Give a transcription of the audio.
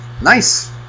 Nice